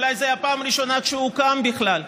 אולי זו הפעם הראשונה שהוא הוקם בכלל,